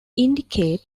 indicate